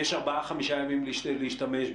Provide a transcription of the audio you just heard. יש ארבעה-חמישה ימים להשתמש בה.